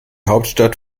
hauptstadt